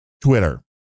Twitter